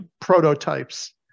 prototypes